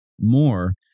more